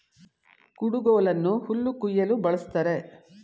ಕುಡುಗೋಲನ್ನು ಹುಲ್ಲು ಕುಯ್ಯಲು ಬಳ್ಸತ್ತರೆ